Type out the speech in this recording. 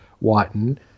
Whiten